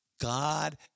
God